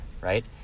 right